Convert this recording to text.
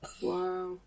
Wow